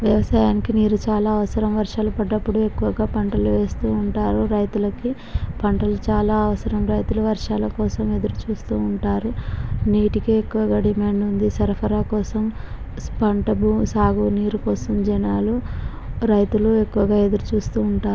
వ్యవసాయానికి నీరు చాలా అవసరం వర్షాలు పడినప్పుడు ఎక్కువగా పంటలు వేస్తు ఉంటారు రైతులకి పంటలు చాలా అవసరం రైతులు వర్షాల కోసం ఎదురుచూస్తు ఉంటారు నీటికి ఎక్కువగా డిమాండ్ ఉంది సరఫరా కోసం పంట భూమి సాగు నీరు కోసం జనాలు రైతులు ఎక్కువగా ఎదురుచూస్తు ఉంటారు